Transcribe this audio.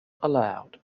allowed